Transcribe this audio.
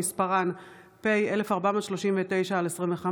שמספרה פ/1439/25,